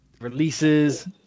releases